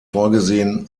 vorgesehen